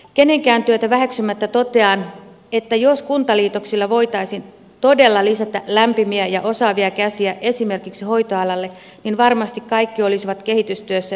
kenenkään työtä väheksymättä totean että jos kuntaliitoksilla voitaisiin todella lisätä lämpimiä ja osaavia käsiä esimerkiksi hoitoalalle niin varmasti kaikki olisivat kehitystyössä yhteisrintamana mukana